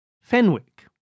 Fenwick